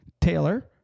Taylor